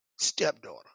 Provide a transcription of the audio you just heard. stepdaughter